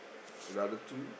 the other two